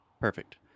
Perfect